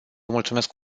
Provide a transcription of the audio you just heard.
mulțumesc